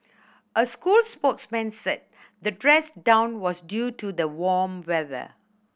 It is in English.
a school spokesman said the dress down was due to the warm weather